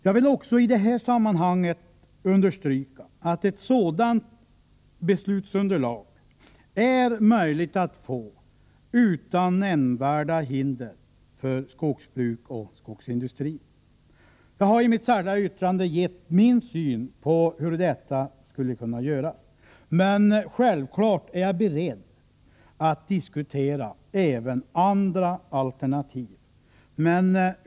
Jag vill också i det här sammanhanget understryka att ett sådant beslutsunderlag är möjligt att få utan nämnvärda hinder för skogsbruk och skogsindustri. Jag har i mitt särskilda yttrande gett min syn på hur detta skulle kunna göras, men jag är självfallet beredd att diskutera även andra alternativ.